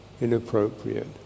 inappropriate